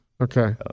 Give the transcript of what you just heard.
Okay